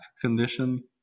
condition